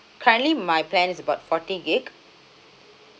currently my plan is about forty gigabyte